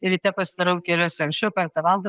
ryte pasidarau keliuosi anksčiau penktą valandą